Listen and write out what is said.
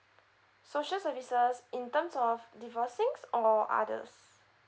social services in terms of divorce things or others